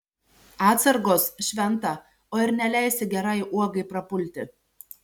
atsargos šventa o ir neleisi gerai uogai prapulti